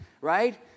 Right